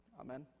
Amen